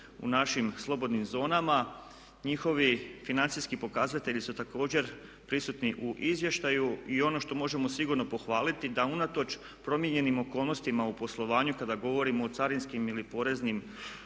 u našim slobodnim zonama. Njihovi financijski pokazatelji su također prisutni u izvještaju. I ono što možemo sigurno pohvaliti da unatoč promijenjenim okolnostima u poslovanju kada govorimo o carinskim ili poreznim